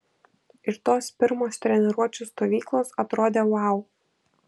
ir tos pirmos treniruočių stovyklos atrodė vau